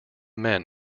men